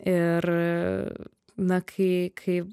ir na kai kai